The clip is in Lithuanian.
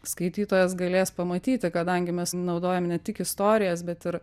skaitytojas galės pamatyti kadangi mes naudojam ne tik istorijas bet ir